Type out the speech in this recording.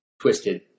twisted